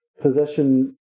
possession